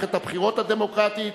שבמערכת הבחירות הדמוקרטית,